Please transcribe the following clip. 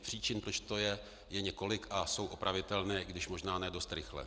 Příčin, proč to je, je několik a jsou opravitelné, i když možná ne dost rychle.